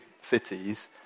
cities